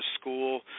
school